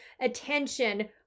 attention